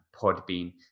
Podbean